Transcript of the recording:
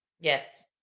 Yes